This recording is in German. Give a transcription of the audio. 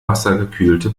wassergekühlte